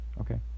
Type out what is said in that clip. okay